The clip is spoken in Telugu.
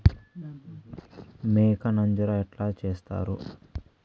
మేక నంజర ఎట్లా సేస్తారు?